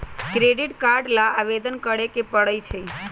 credit card ला आवेदन करे के परई छई